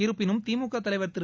இருப்பினும் திமுக தலைவர் திரு